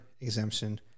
exemption